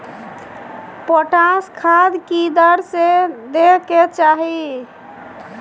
Potash खाद की दर से दै के चाही?